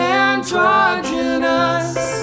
androgynous